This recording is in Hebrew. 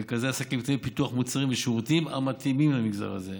מרכזי עסקים קטנים ופיתוח מוצרים ושירותים המתאימים למגזר הזה.